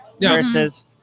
versus